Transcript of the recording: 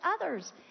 others